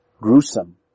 gruesome